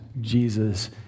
Jesus